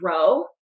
grow